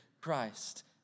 Christ